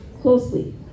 closely